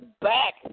back